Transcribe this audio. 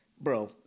Bro